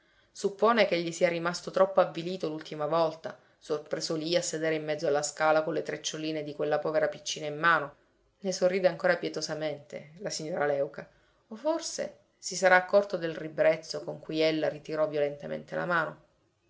suppone che egli sia rimasto troppo avvilito l'ultima volta sorpreso lì a sedere in mezzo alla scala con le treccioline di quella povera piccina in mano forse si sarà accorto del ribrezzo con cui ella ritirò violentemente la mano